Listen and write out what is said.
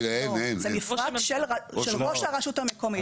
זה מפרט של ראש הרשות המקומית.